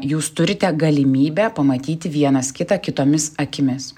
jūs turite galimybę pamatyti vienas kitą kitomis akimis